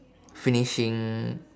finishing